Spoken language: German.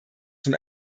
zum